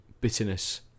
bitterness